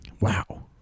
Wow